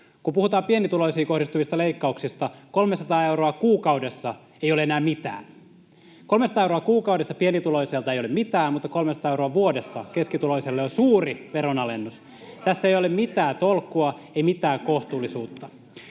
Kun puhutaan pienituloisiin kohdistuvista leikkauksista, 300 euroa kuukaudessa ei ole enää mitään. 300 euroa kuukaudessa pienituloiselta ei ole mitään, mutta 300 euroa vuodessa keskituloiselle on suuri veronalennus. [Ben Zyskowicz: Kuka on sanonut, että